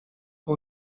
que